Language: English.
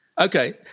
Okay